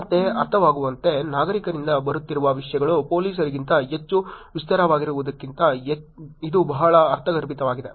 ಮತ್ತೆ ಅರ್ಥವಾಗುವಂತೆ ನಾಗರಿಕರಿಂದ ಬರುತ್ತಿರುವ ವಿಷಯಗಳು ಪೊಲೀಸರಿಗಿಂತ ಹೆಚ್ಚು ವಿಸ್ತಾರವಾಗಿರುವುದಕ್ಕಿಂತ ಇದು ಬಹಳ ಅರ್ಥಗರ್ಭಿತವಾಗಿದೆ